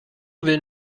will